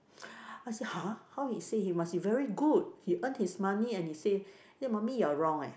I say !huh! how he save he must be very good he earn his money and he save mummy you are wrong eh